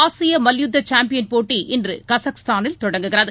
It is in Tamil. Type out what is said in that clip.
ஆசியமல்யுத்தசாம்பியன் போட்டி இன்றுகஜகஸ்தானில் தொடங்குகிறது